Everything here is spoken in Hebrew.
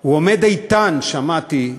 הוא עומד איתן, שמעתי,